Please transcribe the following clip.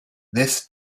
this